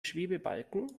schwebebalken